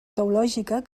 teològica